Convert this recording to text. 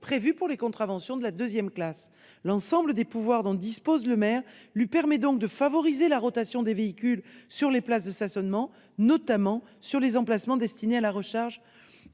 prévue pour les contraventions de la deuxième classe. L'ensemble des pouvoirs dont dispose le maire lui permet donc de favoriser la rotation des véhicules sur les places de stationnement, notamment sur les emplacements destinés à la recharge